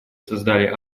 создали